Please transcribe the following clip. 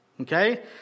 okay